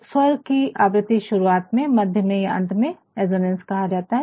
तो स्वर की आवृति शुरुआत में मध्य में या अंत में अजोनैंस कहा जाता है